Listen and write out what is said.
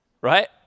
right